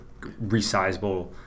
resizable